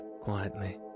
quietly